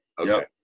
Okay